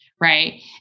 Right